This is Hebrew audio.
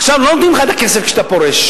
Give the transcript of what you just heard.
עכשיו, לא נותנים לך את הכסף כשאתה פורש.